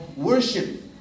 worship